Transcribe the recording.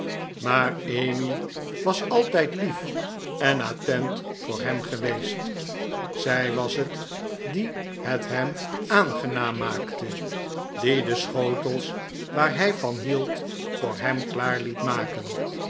maar emmy was altijd lief cn attcnt voor hem gewecst zij was hct die hct hem aangenaam maakte die dc schotcls waar hij van hield voor hem klaar lict maken